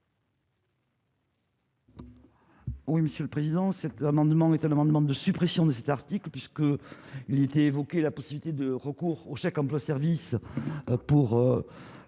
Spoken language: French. Oui, monsieur le président, cet amendement est un amendement de suppression de cet article puisque il était évoqué la possibilité de recours au chèque emploi-service pour